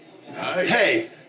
Hey